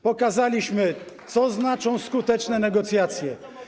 Pokazaliśmy, co znaczą skuteczne negocjacje.